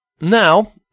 Now